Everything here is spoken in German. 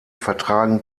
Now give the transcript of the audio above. vertragen